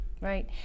right